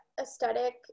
aesthetic